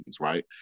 right